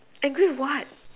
angry what